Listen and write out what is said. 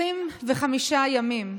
25 ימים,